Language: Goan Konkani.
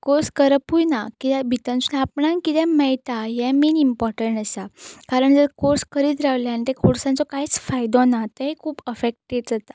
कोर्स करपूय ना कित्याक भितरसून आपणाक कितें मेळटा हें मेन इम्पॉर्टंट आसा कारण जर कोर्स करीत रावलें आनी त्या कोर्सांचो कांयच फायदो ना तेय खूब अफॅक्टेड जाता